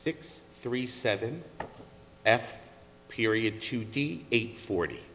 six three seven f period two d eight forty